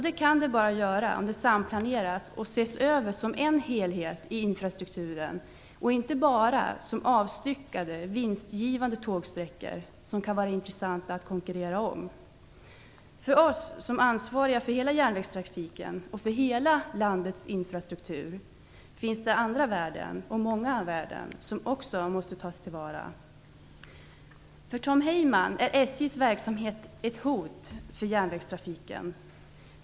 Det kan vi göra bara om det samplaneras och om infrastrukturen ses som en helhet och om man inte bara ser till avstyckade vinstgivande järnvägssträckor som det kan vara intressant att konkurrera om. För oss som ansvariga för hela järnvägstrafiken och för hela landets infrastruktur finns det många andra värden som också måste tas till vara. För Tom Heyman är SJ:s verksamhet ett hot mot järnvägstrafiken.